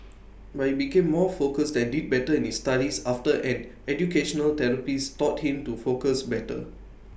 but he became more focused and did better in studies after an educational therapist taught him to focus better